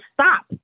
stop